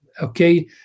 okay